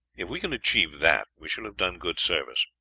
if we can achieve that, we shall have done good service.